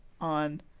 on